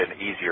easier